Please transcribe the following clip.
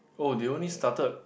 oh they only started